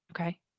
Okay